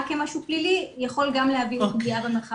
כמשהו פלילי יכול גם להביא לפגיעה במרחב המקוון.